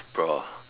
bro